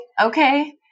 Okay